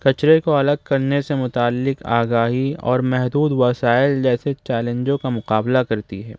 کچرے کو الگ کرنے سے متعلق آگاہی اور محدود وسائل جیسے چلینجوں کا مقابلہ کرتی ہے